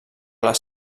les